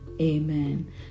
Amen